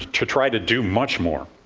to try to do much more.